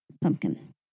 Pumpkin